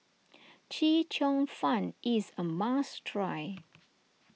Chee Cheong Fun is a must try